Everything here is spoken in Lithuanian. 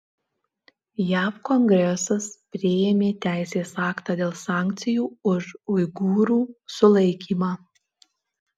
jav kongresas priėmė teisės aktą dėl sankcijų už uigūrų sulaikymą